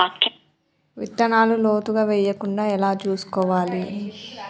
విత్తనాలు లోతుగా వెయ్యకుండా ఎలా చూసుకోవాలి?